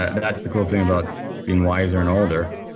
that's the cool thing about being wiser and older.